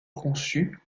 conçu